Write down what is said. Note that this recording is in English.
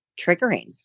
triggering